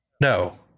No